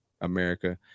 America